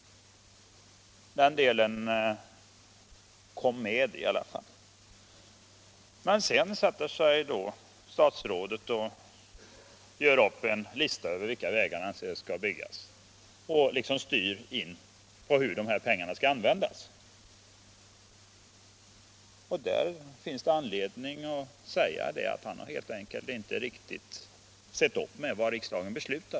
Detta kom också med i riksdagens beslut. Statsrådet gjorde trots detta upp en lista över vissa vägar som skulle byggas, och man fick på så sätt en styrning när det gällde hur dessa pengar skulle användas. Det finns därför anledning att säga att statsrådet här inte riktigt har uppmärksammat vad riksdagen har beslutat.